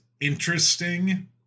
interesting